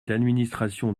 d’administration